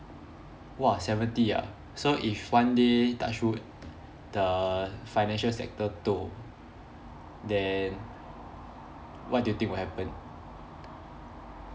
!wah! seventy ah so if one day touch wood the financial sector toh then what do you think will happen